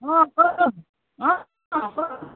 অঁ ক'ত অঁ ক